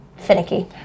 finicky